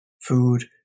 food